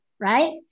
Right